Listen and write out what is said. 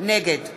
נגד